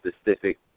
specific